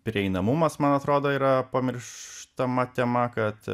prieinamumas man atrodo yra pamirš štama tema kad